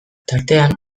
tartean